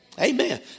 Amen